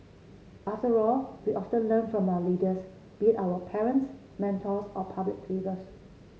after all we often learn from our leaders be our parents mentors or public figures